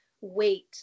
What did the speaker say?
wait